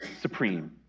supreme